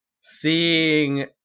seeing